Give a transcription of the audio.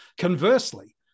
Conversely